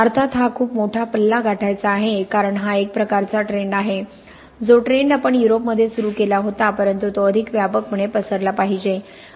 अर्थात हा खूप मोठा पल्ला गाठायचा आहे कारण हा एक प्रकारचा ट्रेंड आहे जो ट्रेंड आपण युरोपमध्ये सुरू केला होता परंतु तो अधिक व्यापकपणे पसरला पाहिजे